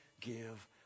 give